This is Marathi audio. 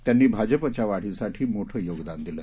त्यांनी भाजपच्या वाढीसाठी मोठे योगदान दिले